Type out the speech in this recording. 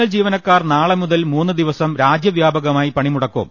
L ജീവനക്കാർ നാളെ മുതൽ മൂന്നുദിവസം രാജ്യവ്യാപകമായി പണിമുടക്കും